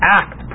act